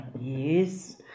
yes